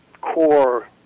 core